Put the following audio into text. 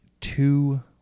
two